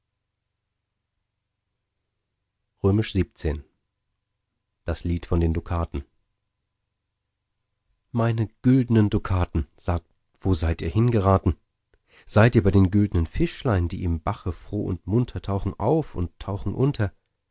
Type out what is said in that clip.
das lied von den dukaten meine güldenen dukaten sagt wo seid ihr hingeraten seid ihr bei den güldnen fischlein die im bache froh und munter tauchen auf und tauchen unter